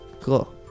cool